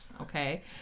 Okay